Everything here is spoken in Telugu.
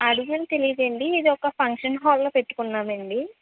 అడుగులు తెలియదు అండి ఇది ఒక ఫంక్షన్ హాల్ లో పెట్టుకున్నానండి